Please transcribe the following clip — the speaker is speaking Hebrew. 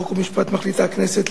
חוק ומשפט מחליטה הכנסת,